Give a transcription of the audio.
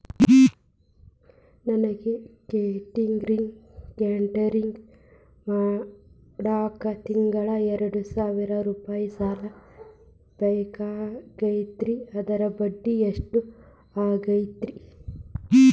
ನನಗ ಕೇಟರಿಂಗ್ ಮಾಡಾಕ್ ತಿಂಗಳಾ ಎರಡು ಸಾವಿರ ರೂಪಾಯಿ ಸಾಲ ಬೇಕಾಗೈತರಿ ಅದರ ಬಡ್ಡಿ ಎಷ್ಟ ಆಗತೈತ್ರಿ?